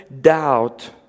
doubt